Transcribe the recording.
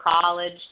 college